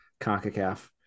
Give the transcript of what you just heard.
CONCACAF